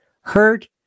hurt